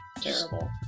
terrible